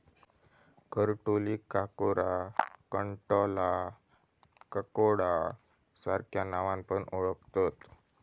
करटोलीक काकोरा, कंटॉला, ककोडा सार्ख्या नावान पण ओळाखतत